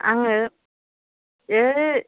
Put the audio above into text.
आङो ए